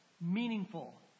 meaningful